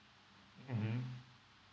mmhmm